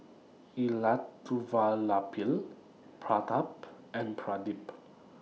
Elattuvalapil Pratap and Pradip